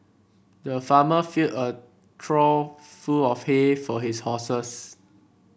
the farmer filled a trough full of hay for his horses